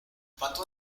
pato